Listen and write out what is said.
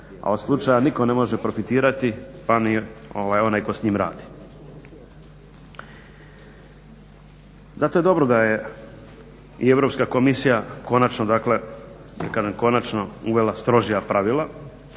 a od slučaja nitko ne može profitirati, pa ni onaj tko s njim radi. Zato je dobro da je i Europska komisija konačno, dakle, ja kažem